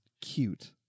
cute